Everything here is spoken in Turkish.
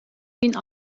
bin